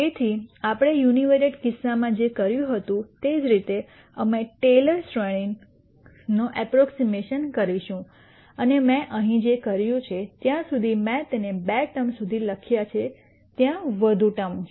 તેથી આપણે યુનિવેરિયેટ કિસ્સામાં જે કર્યું હતું તે જ રીતે અમે ટેલર શ્રેણીનો અપ્પ્રોક્ઝીમૈશન કરીશું અને મેં અહીં જે કર્યું છે ત્યાં સુધી મેં તેને બે ટર્મ સુધી લખ્યા છે ત્યાં વધુ ટર્મ છે